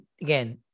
again